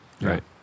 Right